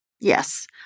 Yes